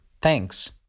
Thanks